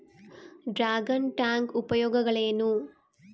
Dragon tank ಉಪಯೋಗಗಳೇನು?